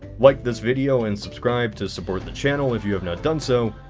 like this video and subscribe to support the channel if you have not done so,